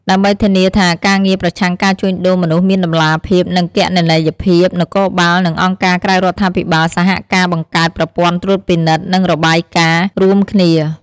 ដើម្បីធានាថាការងារប្រឆាំងការជួញដូរមនុស្សមានតម្លាភាព និងគណនេយ្យភាព នគរបាល និងអង្គការក្រៅរដ្ឋាភិបាលសហការបង្កើតប្រព័ន្ធត្រួតពិនិត្យ និងរបាយការណ៍រួមគ្នា។